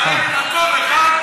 אוכפת את החוק הזה.